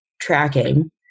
tracking